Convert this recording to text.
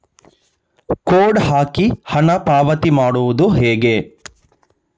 Code ಹಾಕಿ ಹಣ ಪಾವತಿ ಮಾಡೋದು ಹೇಗೆ?